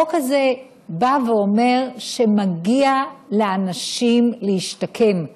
החוק הזה בא ואומר שמגיע לאנשים להשתקם,